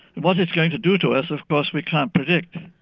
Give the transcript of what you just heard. what it's going to do to us of course we can't predict.